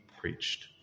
preached